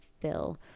fill